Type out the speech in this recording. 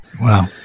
Wow